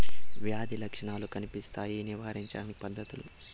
వ్యాధి లక్షణాలు కనిపిస్తాయి నివారించడానికి పద్ధతులు?